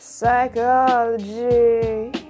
Psychology